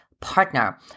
partner